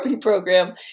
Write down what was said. program